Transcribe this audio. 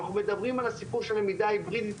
אנחנו מדברים על הסיפור של למידה היברידית